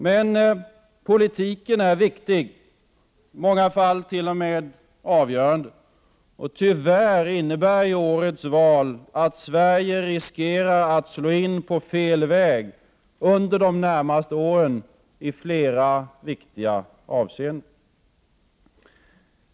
Men politiken är viktig, i många fall t.o.m. avgörande. Och tyvärr innebär årets val att Sverige i flera viktiga avseenden riskerar att slå in på fel väg under de närmaste åren.